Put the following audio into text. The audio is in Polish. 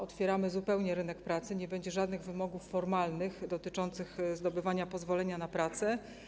Otwieramy zupełnie rynek pracy, nie będzie żadnych wymogów formalnych dotyczących zdobywania pozwolenia na pracę.